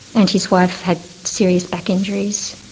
and his wife had serious back injuries.